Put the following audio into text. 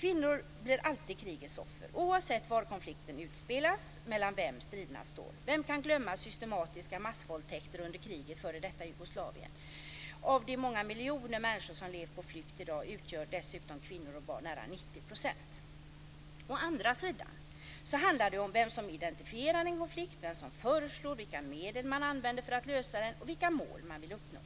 "Kvinnor blir alltid krigets offer, oavsett var konflikten utspelas och mellan vem striderna står. Vem kan glömma de systematiska massvåldtäkterna under kriget i före detta Jugoslavien? Av de många miljoner människor som lever på flykt i dag utgör dessutom kvinnor och barn nära 90 %." Den andra sidan handlar om vem som identifierar en konflikt, vem som föreslår vilka medel man ska använda för att lösa den och vilka mål man vill uppnå.